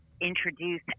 introduce